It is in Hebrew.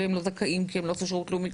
אבל הם לא זכאים כי הם לא עשו שירות לאומי.